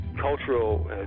cultural